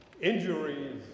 injuries